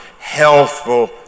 healthful